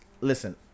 Listen